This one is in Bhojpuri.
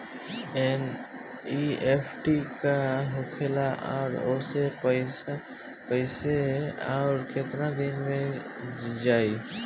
एन.ई.एफ.टी का होखेला और ओसे पैसा कैसे आउर केतना दिन मे जायी?